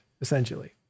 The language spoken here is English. essentially